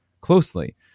closely